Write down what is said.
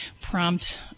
Prompt